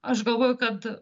aš galvoju kad